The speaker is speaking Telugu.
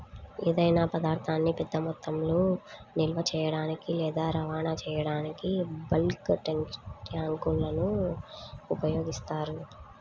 ఏదైనా పదార్థాన్ని పెద్ద మొత్తంలో నిల్వ చేయడానికి లేదా రవాణా చేయడానికి బల్క్ ట్యాంక్లను ఉపయోగిస్తారు